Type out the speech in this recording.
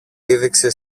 πήδηξε